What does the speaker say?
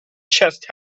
chest